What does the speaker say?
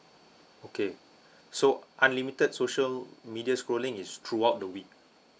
okay so unlimited social media scrolling is throughout the week